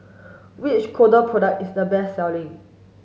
which Kordel product is the best selling